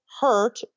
hurt